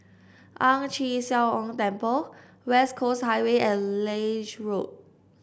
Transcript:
Ang Chee Sia Ong Temple West Coast Highway and Lange Road